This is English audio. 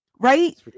Right